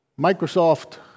Microsoft